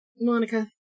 Monica